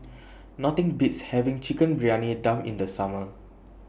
Nothing Beats having Chicken Briyani Dum in The Summer